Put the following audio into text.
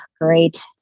great